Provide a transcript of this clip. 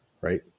right